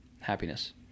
happiness